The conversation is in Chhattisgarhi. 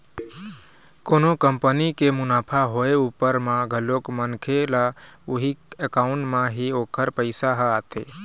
कोनो कंपनी के मुनाफा होय उपर म घलोक मनखे ल उही अकाउंट म ही ओखर पइसा ह आथे